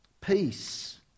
peace